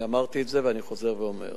אני אמרתי את זה, ואני חוזר ואומר.